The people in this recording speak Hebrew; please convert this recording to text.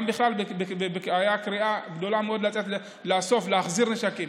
גם בכלל הייתה קריאה לאסוף, להחזיר נשקים.